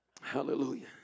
Hallelujah